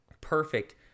Perfect